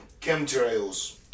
chemtrails